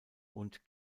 und